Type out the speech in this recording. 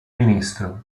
ministro